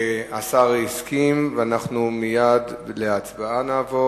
השר הסכים ואנחנו נעבור מייד להצבעה.